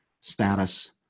status